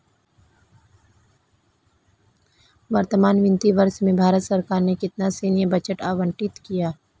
वर्तमान वित्तीय वर्ष में भारत सरकार ने कितना सैन्य बजट आवंटित किया?